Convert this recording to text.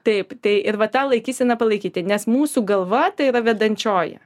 taip tai ir va tą laikyseną palaikyti nes mūsų galva tai yra vedančioji